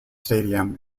stadium